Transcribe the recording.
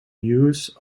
use